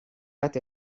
bat